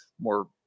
more